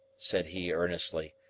said he earnestly,